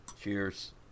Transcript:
Cheers